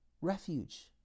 refuge